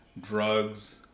drugs